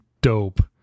dope